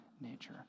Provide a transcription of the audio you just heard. nature